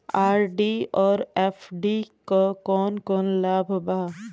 RD और FD क कौन कौन लाभ बा?